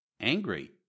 Angry